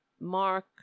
Mark